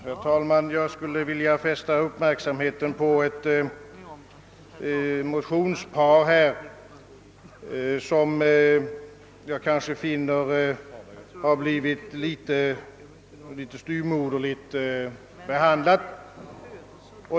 Herr talman! Jag skulle vilja fästa kammarledamöternas uppmärksamhet på ett motionspar — I: 839 och II: 1084 — som enligt min mening har blivit litet styvmoderligt behandlat.